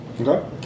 Okay